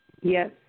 Yes